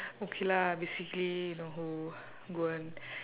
okay lah basically you know when